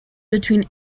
between